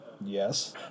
Yes